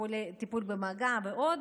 טיפול במגע ועוד